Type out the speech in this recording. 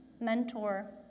mentor